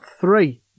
three